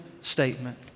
statement